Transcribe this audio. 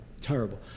Terrible